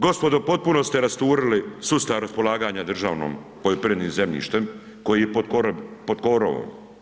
Gospodo potpuno ste rasturili sustav raspolaganja državnim poljoprivrednim zemljištem koji je pod korovom.